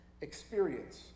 experience